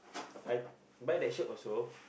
I buy that shirt also